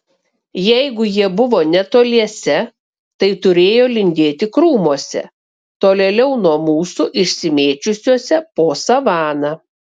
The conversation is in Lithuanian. jeigu jie buvo netoliese tai turėjo lindėti krūmuose tolėliau nuo mūsų išsimėčiusiuose po savaną